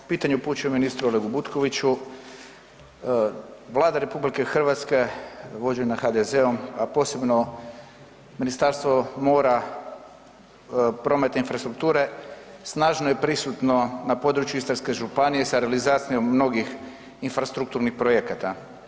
Pitanje upućujem ministru Olegu Butkoviću, Vlada RH vođena HDZ-om, a posebno Ministarstvo mora, prometa i infrastrukture snažno je prisutno na području Istarske županije sa realizacijom mnogih infrastrukturnih projekata.